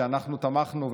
שאנחנו תמכנו,